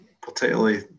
particularly